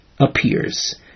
appears